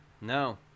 No